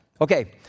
Okay